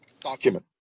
document